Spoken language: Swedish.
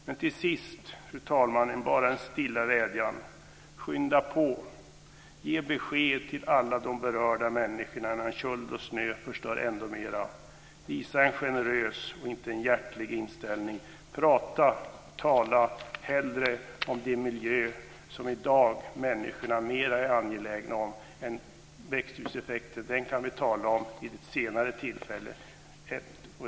Men till sist, fru talman, bara en stilla vädjan: Skynda på. Ge besked till alla de berörda människorna innan köld och snö förstör ännu mer. Visa en generös och hjärtlig inställning. Tala hellre om den miljö som människorna i dag är mer angelägna om än om växthuseffekten. Den kan vi tala om vid ett senare tillfälle.